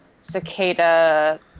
cicada